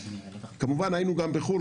כמובן היינו גם בחו"ל,